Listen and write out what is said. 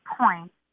point